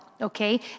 Okay